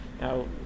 Now